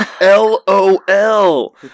LOL